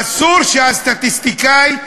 אסור שהסטטיסטיקאי,